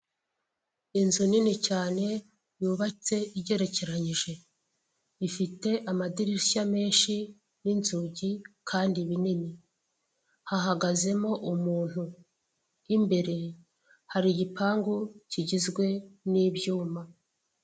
Inzu nini cyane, yubatse igerekeranyije. Ifite amadirishya menshi n'inzugi kandi binini. Hahagazemo umuntu. Imbere hari igipangu kigizwe n'ibyuma.